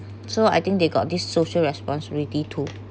so I think they got this social responsibility too